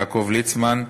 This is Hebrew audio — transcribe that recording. יעקב ליצמן,